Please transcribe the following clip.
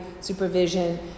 supervision